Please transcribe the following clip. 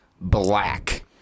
Black